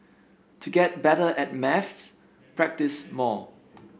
to get better at maths practise more